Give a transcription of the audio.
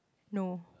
no